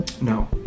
No